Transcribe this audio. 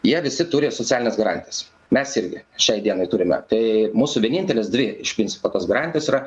jie visi turi socialines garantijas mes irgi šiai dienai turime tai mūsų vienintelės dvi iš principo tos garantijos yra